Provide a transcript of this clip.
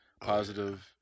positive